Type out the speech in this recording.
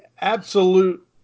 absolute